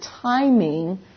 timing